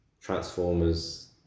Transformers